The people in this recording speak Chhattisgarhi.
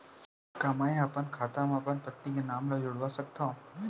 का मैं ह अपन खाता म अपन पत्नी के नाम ला जुड़वा सकथव?